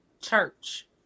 church